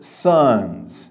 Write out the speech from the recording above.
sons